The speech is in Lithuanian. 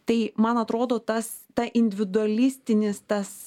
tai man atrodo tas ta individualistinis tas